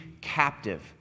captive